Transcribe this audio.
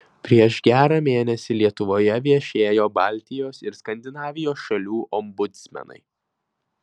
prieš gerą mėnesį lietuvoje viešėjo baltijos ir skandinavijos šalių ombudsmenai